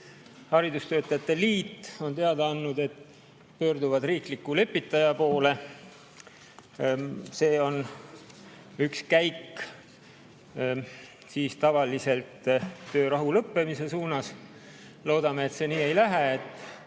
Haridustöötajate liit on teada andnud, et nad pöörduvad riikliku lepitaja poole. See on tavaliselt üks käik töörahu lõppemise suunas. Loodame, et see nii ei lähe